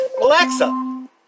Alexa